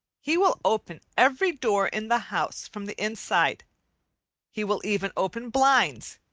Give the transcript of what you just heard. he will open every door in the house from the inside he will even open blinds,